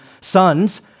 sons